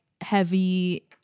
heavy